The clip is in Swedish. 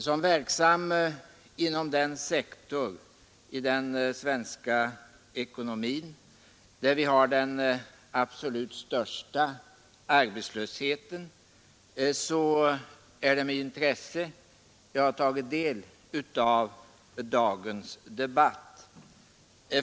Som verksam inom den sektor i den svenska ekonomin där vi har den absolut största arbetslösheten är det med intresse jag har tagit del av dagens debatt.